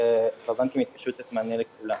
והבנקים התבקשו לתת מענה לכולם.